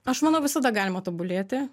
aš manau visada galima tobulėti